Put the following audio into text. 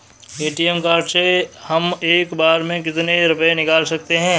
ATM card से हम एक बार में कितने रुपये निकाल सकते हैं?